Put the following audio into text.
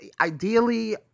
ideally